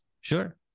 Sure